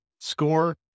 score